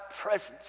presence